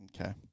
Okay